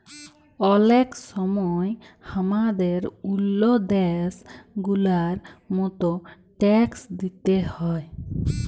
অলেক সময় হামাদের ওল্ল দ্যাশ গুলার মত ট্যাক্স দিতে হ্যয়